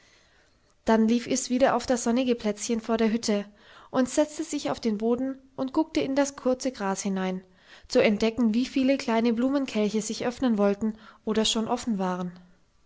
dann lief es wieder auf das sonnige plätzchen vor der hütte und setzte sich auf den boden und guckte in das kurze gras hinein zu entdecken wie viele kleine blumenkelche sich öffnen wollten oder schon offen waren